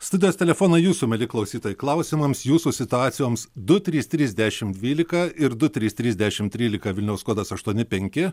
studijos telefonai jūsų mieli klausytojai klausimams jūsų situacijoms du trys trys dešim dvylika ir du trys trys dešim trylika vilniaus kodas aštuoni penki